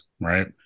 right